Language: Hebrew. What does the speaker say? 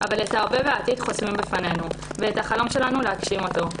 אבל את ההווה והעתיד חוסמים בפנינו ואת החלום שלנו להגשים אותו.